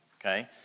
Okay